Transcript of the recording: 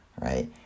right